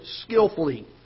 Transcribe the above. skillfully